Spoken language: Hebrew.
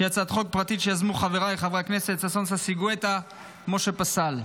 שהיא הצעת חוק פרטית שיזמו חבריי חברי הכנסת ששון ששי גואטה ומשה פסל.